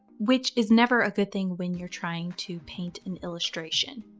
which is never a good thing when you're trying to paint an illustration.